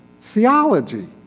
theology